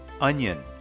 onion